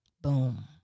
Boom